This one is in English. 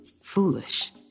Foolish